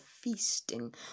feasting